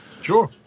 Sure